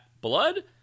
blood